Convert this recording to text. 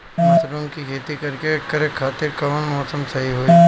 Mushroom के खेती करेके खातिर कवन मौसम सही होई?